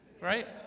right